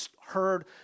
heard